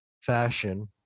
fashion